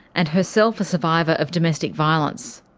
and herself a survivor of domestic violence.